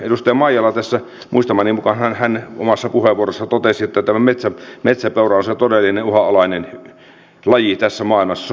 edustaja maijala tässä omassa puheenvuorossaan muistamani mukaan totesi että metsäpeura on se todellinen uhanalainen laji tässä maailmassa